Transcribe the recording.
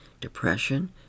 depression